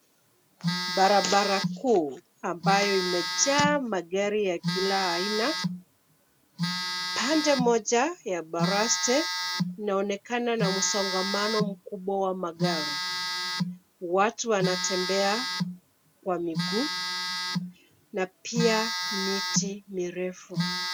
Barabara kuu ambayo imejaa magari ya kila aina. Pande moja ya baraste inaonekana na msongamano mkubwa wa magari. Watu wanatembea kwa miguu ,na pia miti mirefu.